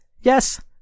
Yes